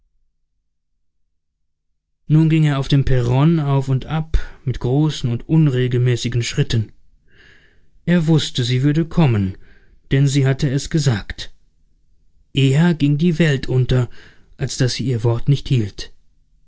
nun ging er auf dem perron auf und ab mit großen und unregelmäßigen schritten er wußte sie würde kommen denn sie hatte es gesagt eher ging die welt unter als daß sie ihr wort nicht hielt